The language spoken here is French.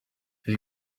ils